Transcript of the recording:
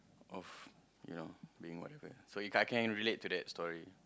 of you know being whatever so If I can relate to that story